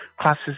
classes